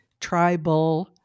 tribal